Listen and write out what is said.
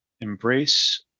embrace